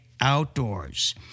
outdoors